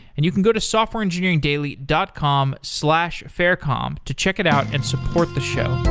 and you can go to softwareengineeringdaily dot com slash faircom to check it out and support the show